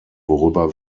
worüber